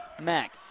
Mac